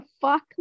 fuck